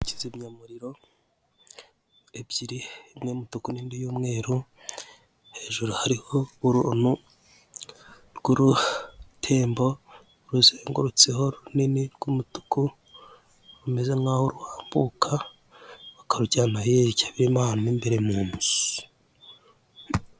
Kizimyamuriro ebyiri: imwe y'umutuku n'indi y'umweru. Hejuru hariho uruntu rw'urutembo ruzengurutseho runini rw'umutuku rumeze nkaho ruhambuka bakarujyana hirya mo imbere mu nzu.